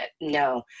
no